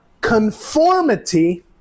conformity